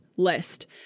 list